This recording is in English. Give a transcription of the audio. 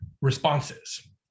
responses